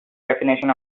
definition